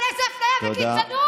על איזו אפליה וגזענות?